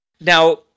Now